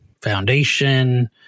foundation